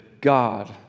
God